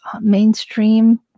mainstream